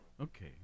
Okay